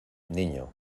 niño